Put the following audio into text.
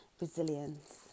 resilience